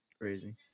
Crazy